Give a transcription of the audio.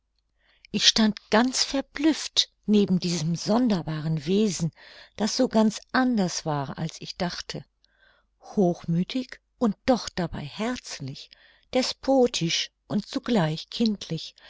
ich stand ganz verblüfft neben diesem sonderbaren wesen das so ganz anders war als ich dachte hochmüthig und doch dabei herzlich despotisch und zugleich kindlich